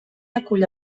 acull